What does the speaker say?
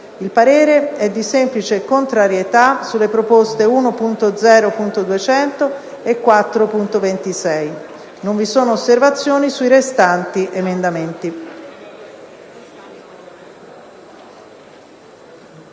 Il parere è di semplice contrarietà sulle proposte 1.0.200 e 4.26. Non vi sono osservazioni sui restanti emendamenti».